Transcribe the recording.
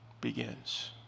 Begins